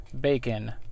Bacon